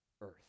earth